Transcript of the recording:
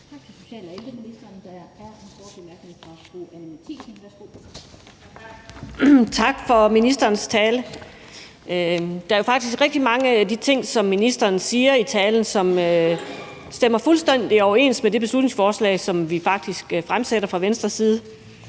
Tak for ministerens tale. Der er faktisk rigtig mange af de ting, som ministeren siger i talen, som stemmer fuldstændig overens med det beslutningsforslag, som vi faktisk fremsætter fra Venstres side.